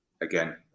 again